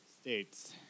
states